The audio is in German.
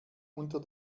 unter